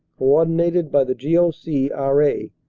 co-ordinated by the g o c, r a.